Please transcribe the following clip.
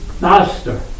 Master